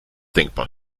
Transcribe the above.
denkbar